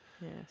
Yes